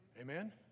Amen